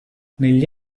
negli